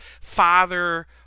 Father